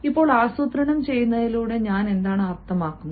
ഇപ്പോൾ ആസൂത്രണം ചെയ്യുന്നതിലൂടെ ഞാൻ എന്താണ് അർത്ഥമാക്കുന്നത്